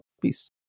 peace